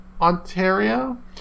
Ontario